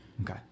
Okay